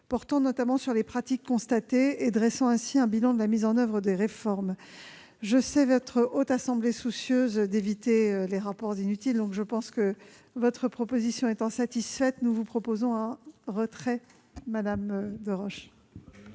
portant notamment sur les pratiques constatées et dressant un bilan de la mise en oeuvre des réformes. Je sais votre Haute Assemblée soucieuse d'éviter les rapports inutiles. Votre proposition étant satisfaite, nous vous suggérons de retirer votre